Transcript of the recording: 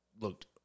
looked